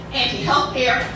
anti-healthcare